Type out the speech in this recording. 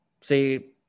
say